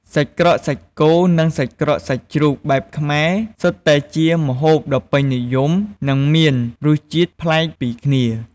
សាច់ក្រកសាច់គោ និងសាច់ក្រកសាច់ជ្រូកបែបខ្មែរ សុទ្ធតែជាម្ហូបដ៏ពេញនិយម និងមានរសជាតិប្លែកពីគ្នា។